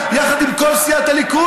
יחד עם כל סיעת הליכוד